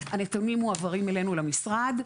הנתונים מועברים אלינו למשרד,